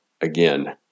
again